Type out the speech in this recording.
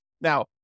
Now